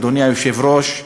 אדוני היושב-ראש,